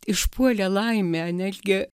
išpuolė laimė net gi